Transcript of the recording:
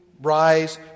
rise